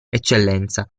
eccellenza